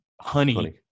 honey